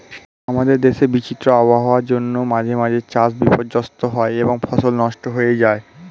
আমাদের দেশে বিচিত্র আবহাওয়ার জন্য মাঝে মাঝে চাষ বিপর্যস্ত হয় এবং ফসল নষ্ট হয়ে যায়